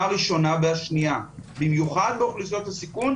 הראשונה והשנייה במיוחד באוכלוסיות הסיכון,